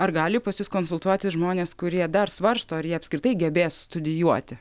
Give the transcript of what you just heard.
ar gali pas jus konsultuotis žmonės kurie dar svarsto ar jie apskritai gebės studijuoti